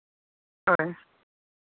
ᱦᱳᱭ